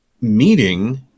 meeting